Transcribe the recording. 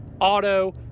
auto